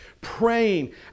praying